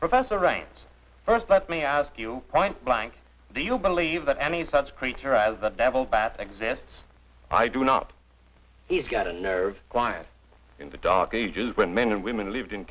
professor raines first let me ask you point blank the you believe that any such creature as a devil bat exists i do not he's got a nerve quire in the dark ages when men and women lived in